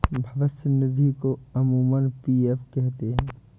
भविष्य निधि को अमूमन पी.एफ कहते हैं